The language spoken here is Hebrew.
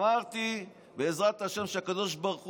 אמרתי, בעזרת השם, שהקדוש ברוך